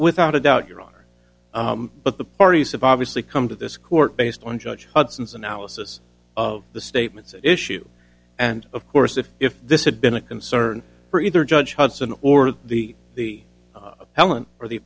without a doubt your honor but the parties have obviously come to this court based on judge hudson's analysis of the statements at issue and of course if if this had been a concern for either judge hudson or the the helen or the